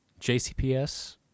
JCPS